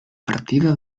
partida